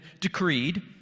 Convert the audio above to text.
decreed